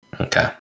Okay